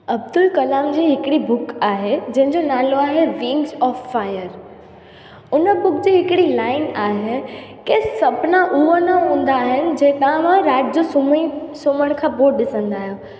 अब्दुल कलाम जी हिकिड़ी बुक आहे जंहिंजो नालो आहे विंग्स ऑफ फायर उन बुक जी हिकिड़ी लाइन आहे की सुपिना उहा न हूंदा आहिनि जेका मां राति जो सुम्ही सुम्हण खां पोइ ॾिसंदा आहियो